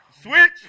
Switch